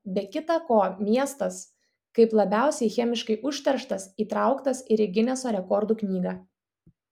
be kitą ko miestas kaip labiausiai chemiškai užterštas įtraukas ir į gineso rekordų knygą